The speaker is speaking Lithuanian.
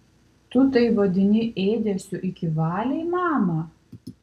tu tai vadini ėdesiu iki valiai mama